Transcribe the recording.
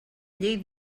llei